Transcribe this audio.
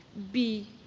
be